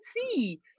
see